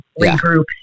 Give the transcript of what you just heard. regroup